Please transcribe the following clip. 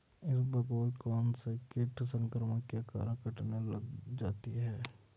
इसबगोल कौनसे कीट संक्रमण के कारण कटने लग जाती है?